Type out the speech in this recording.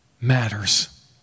matters